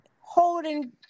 holding